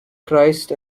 christ